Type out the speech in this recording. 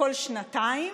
כל שנתיים,